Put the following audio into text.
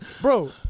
Bro